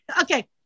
Okay